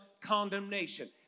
condemnation